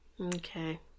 okay